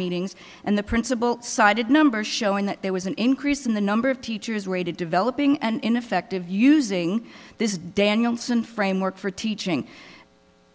meetings and the principal cited number showing that there was an increase in the number of teachers rated developing and ineffective using this danielson framework for teaching